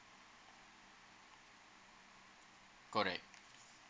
correct